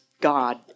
God